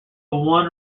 one